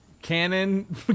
Canon